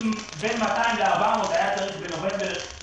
אם בין 200 ל-400 היה בנובמבר-דצמבר,